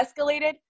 escalated